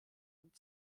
und